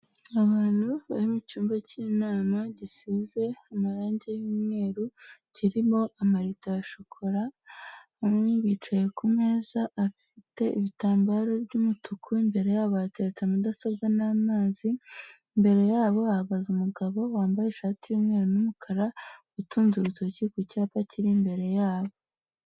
Abantu bari mu cyumba k'inama, gisize amarangi y'umweru, kirimo amarita ya shokora, umwe yicaye ku meza afite ibitambaro by'umutuku, imbere yabo hateretse mudasobwa n'amazi, imbere yabo hahagaze umugabo wambaye ishati y'umweru n'umukara, utunze urutoki ku cyapa kiri imbere yabo.